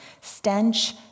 stench